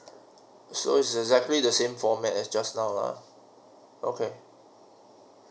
so it's exactly the same format as just now lah okay